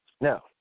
Now